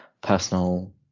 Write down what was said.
personal